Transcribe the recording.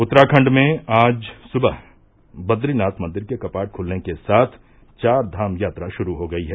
उत्तराखण्ड में आज सुबह बद्रीनाथ मंदिर के कपाट ख्लने के साथ चार धाम यात्रा शुरू हो गई है